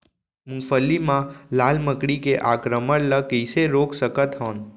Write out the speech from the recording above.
मूंगफली मा लाल मकड़ी के आक्रमण ला कइसे रोक सकत हन?